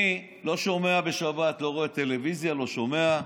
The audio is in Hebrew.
אני לא שומע בשבת, לא רואה טלוויזיה, לא שומע.